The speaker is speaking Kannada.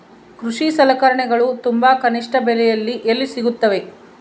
ಕೃಷಿ ಸಲಕರಣಿಗಳು ತುಂಬಾ ಕನಿಷ್ಠ ಬೆಲೆಯಲ್ಲಿ ಎಲ್ಲಿ ಸಿಗುತ್ತವೆ?